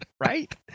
Right